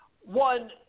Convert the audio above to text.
One